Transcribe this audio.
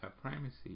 primacy